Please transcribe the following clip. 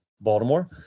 Baltimore